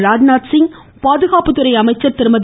ராஜ்நாத்சிங் பாதுகாப்புத்துறை அமைச்சர் திருமதி